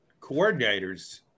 coordinators